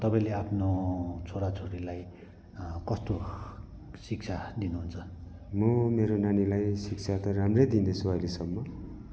तपाईँले आफ्नो छोरा छोरीलाई कस्तो शिक्षा दिनुहुन्छ म मेरो नानीलाई शिक्षा त राम्रै दिँदैछु अहिलेसम्म